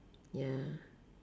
ya